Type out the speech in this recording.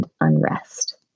unrest